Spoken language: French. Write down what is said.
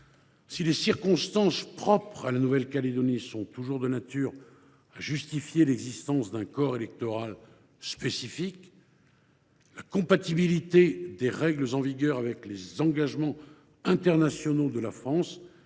Si les circonstances propres à la Nouvelle Calédonie sont toujours de nature à justifier l’existence d’un corps électoral spécifique, la compatibilité des règles en vigueur avec les engagements internationaux de la France